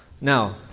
Now